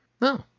No